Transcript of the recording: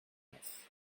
neuf